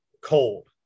cold